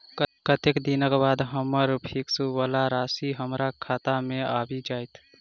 कत्तेक दिनक बाद हम्मर फिक्स वला राशि हमरा खाता मे आबि जैत?